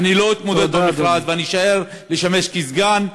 אני לא אתמודד במכרז ואני אשאר לשמש כסגן.